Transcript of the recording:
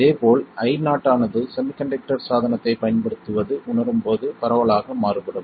இதேபோல் Io ஆனது semiconductor சாதனத்தைப் பயன்படுத்துவது உணரும்போது பரவலாக மாறுபடும்